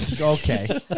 Okay